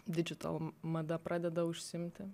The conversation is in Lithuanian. mada pradeda užsiimti